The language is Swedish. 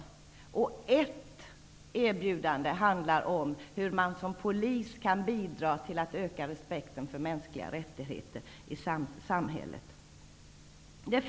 Vidare finns det bara ett erbjudande om hur man som polis kan bidra till ökad respekt för mänskliga rättigheter i samhället.